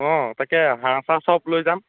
অঁ তাকে হাঁহ চাঁহ চ'ব লৈ যাম